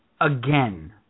again